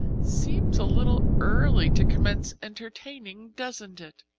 seems a little early to commence entertaining, doesn't it?